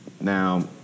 Now